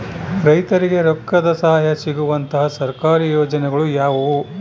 ರೈತರಿಗೆ ರೊಕ್ಕದ ಸಹಾಯ ಸಿಗುವಂತಹ ಸರ್ಕಾರಿ ಯೋಜನೆಗಳು ಯಾವುವು?